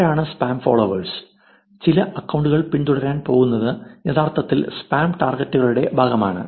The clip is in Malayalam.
ആരാണ് സ്പാം ഫോളോവേഴ്സ് ചില അക്കൌണ്ടുകൾ പിന്തുടരാൻ പോകുന്നത് യഥാർത്ഥത്തിൽ സ്പാം ടാർഗെറ്റുകളുടെ ഭാഗമാണ്